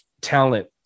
talent